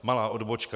Malá odbočka.